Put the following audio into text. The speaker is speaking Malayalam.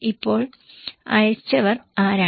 ഇപ്പോൾ അയച്ചവർ ആരാണ്